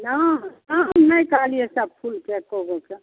हँ दाम नहि कहलियै सब फूलके एक्कोगोके